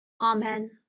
Amen